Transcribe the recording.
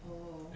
oh